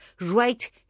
right